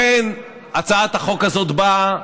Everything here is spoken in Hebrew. לכן הצעת החוק הזאת באה,